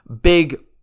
big